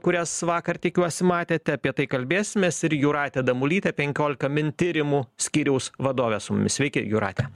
kurias vakar tikiuosi matėte apie tai kalbėsimės ir jūratė damulytė penkiolika min tyrimų skyriaus vadovė su mumis sveiki jūrate